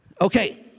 Okay